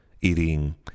eating